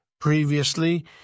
Previously